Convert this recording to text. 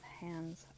hands